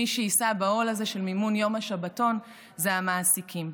מי שיישא בעול הזה של מימון יום השבתון זה המעסיקים.